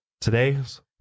today's